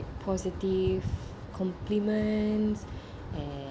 positive compliments and